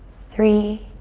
three,